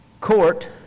court